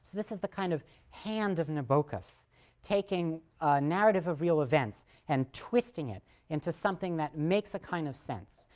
this is the, kind of, hand of nabokov, taking a narrative of real events and twisting it into something that makes a kind of sense,